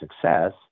success